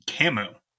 Camo